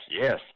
yes